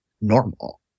normal